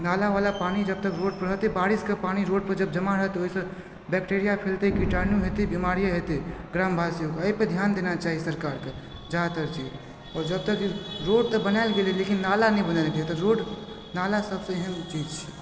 नालावला पानि जबतक रोडपर रहतै बारिशके पानि जब रोडपर जमा रहत ओहिसँ बैक्टेरिया फैलतै कीटाणु हेतै बीमारी हेतै ग्रामवासीके एहिपर ध्यान देना चाही सरकारके रोड तऽ बनायल गेलै लेकिन नाला नहि बनेलकै तऽ रोड नाला सबसँ यूजके चीज छै